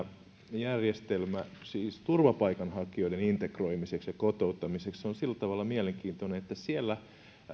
järjestelmä turvapaikanhakijoiden integroimiseksi ja kotouttamiseksi on sillä tavalla mielenkiintoinen että siellä